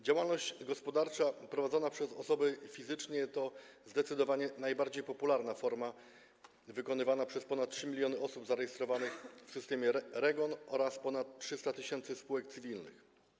Działalność gospodarcza prowadzona przez osoby fizyczne to zdecydowanie najbardziej popularna forma wykonywana przez ponad 3 mln osób zarejestrowanych w systemie REGON oraz ponad 300 tys. spółek cywilnych.